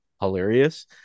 hilarious